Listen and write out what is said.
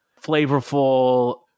flavorful